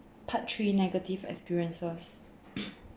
part three negative experiences